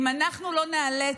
אם אנחנו לא נאלץ,